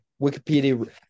Wikipedia